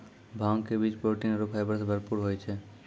भांग के बीज प्रोटीन आरो फाइबर सॅ भरपूर होय छै